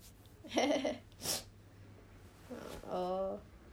oh